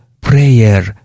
prayer